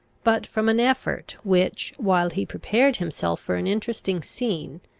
but from an effort which, while he prepared himself for an interesting scene,